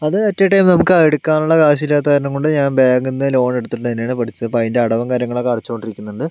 അത് at a time നമുക്ക് എടുകാനുള്ള കാശില്ലാത്ത കാരണം കൊണ്ട് ഞാൻ ബാങ്കിൽ നിന്ന് ലോൺ എടുത്തിട്ട് തന്നെയാണ് പഠിച്ചത് അപ്പോൾ അതിൻ്റെ അടവും കാര്യങ്ങളൊക്കെ അടച്ചോണ്ടിരിക്കുന്നുണ്ട്